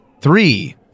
Three